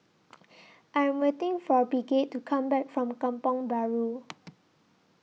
I Am waiting For Bridgett to Come Back from Kampong Bahru